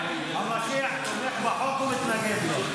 המשיח תומך בחוק או מתנגד לו?